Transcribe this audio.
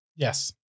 Yes